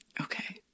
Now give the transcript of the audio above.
Okay